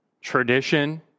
tradition